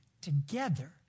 together